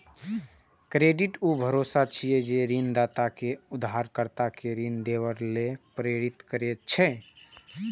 credit ऊ भरोसा छियै, जे ऋणदाता कें उधारकर्ता कें ऋण देबय लेल प्रेरित करै छै